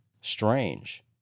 strange